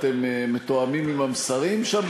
אתם מתואמים עם המסרים שם,